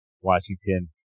Washington